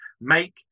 make